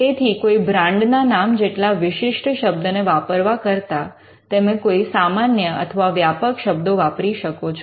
તેથી કોઈ બ્રાન્ડ ના નામ જેટલા વિશિષ્ટ શબ્દને વાપરવા કરતા તમે કોઈ સામાન્ય અથવા વ્યાપક શબ્દો વાપરી શકો છો